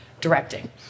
directing